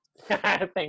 Thank